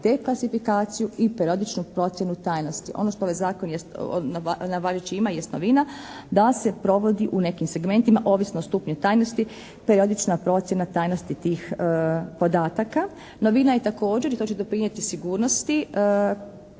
te klasifikaciju i perodičnu procjenu tajnosti. Ono što ovaj Zakon jest, važeće ima jest novina da se provodi u nekim segmentima ovisno o stupnju tajnosti periodična procjena tajnosti tih podataka. Novina je također i to će doprinijeti sigurnosti